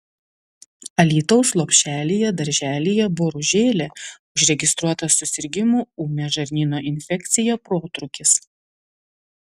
alytaus lopšelyje darželyje boružėlė užregistruotas susirgimų ūmia žarnyno infekcija protrūkis